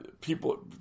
people